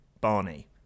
Barney